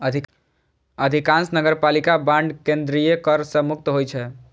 अधिकांश नगरपालिका बांड केंद्रीय कर सं मुक्त होइ छै